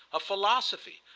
of philosophy,